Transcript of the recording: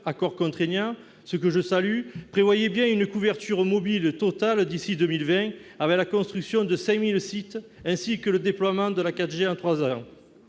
accord contraignant, ce que je salue -prévoyait bien une couverture mobile totale d'ici à 2020, avec la construction de 5 000 sites, ainsi que le déploiement de la 4G en trois ans.